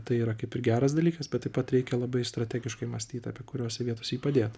tai yra kaip ir geras dalykas bet taip pat reikia labai strategiškai mąstyt apie kuriose vietose jį padėt